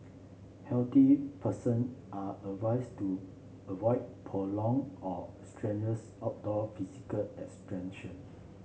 healthy person are advised to avoid prolong or strenuous outdoor physical